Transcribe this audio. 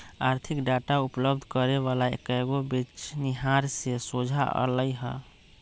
आर्थिक डाटा उपलब्ध करे वला कएगो बेचनिहार से सोझा अलई ह